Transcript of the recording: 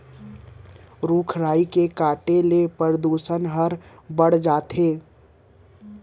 रूख राई के काटे ले परदूसन हर बाढ़त जात हे